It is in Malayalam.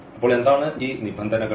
അപ്പോൾ എന്താണ് ഈ നിബന്ധനകൾ